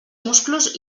musclos